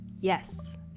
yes